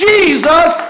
Jesus